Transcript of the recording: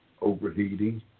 overheating